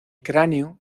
cráneo